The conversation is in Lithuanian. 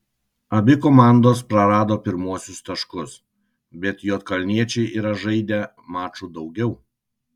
abi komandos prarado pirmuosius taškus bet juodkalniečiai yra žaidę maču daugiau